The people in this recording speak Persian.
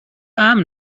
امن